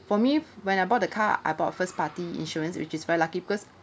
for me when I bought the car I bought first party insurance which is very lucky because